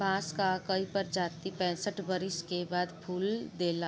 बांस कअ कई प्रजाति पैंसठ बरिस के बाद फूल देला